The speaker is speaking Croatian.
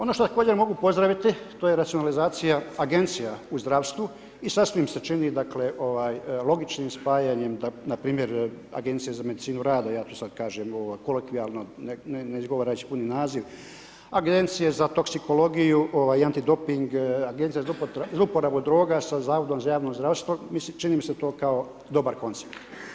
Ono što također mogu pozdraviti a to je racionalizacija agencija u zdravstvu i sasvim se čini logičnim spajanje npr. Agencije za medicinu rada, ja tu sad kažem kolokvijalno, ne izgovarajući puni naziv, Agencije za toksikologiju i antidoping, Agencije za zloporabu droga sa zavodom za javno zdravstvo, čini mi se to kao dobar koncept.